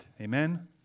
Amen